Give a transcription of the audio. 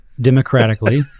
democratically